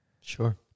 Sure